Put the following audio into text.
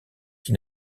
qui